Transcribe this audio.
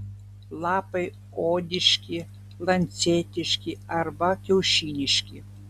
lapai odiški lancetiški arba kiaušiniški